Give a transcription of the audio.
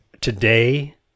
today